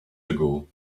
ago